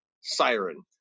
siren